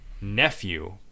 nephew